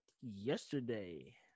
yesterday